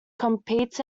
competes